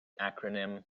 acronym